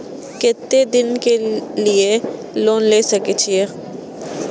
केते दिन के लिए लोन ले सके छिए?